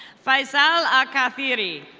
fizel akapiri.